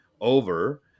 over